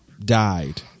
died